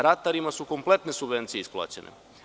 Ratarima su kompletne subvencije isplaćene.